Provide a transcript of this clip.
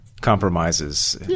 compromises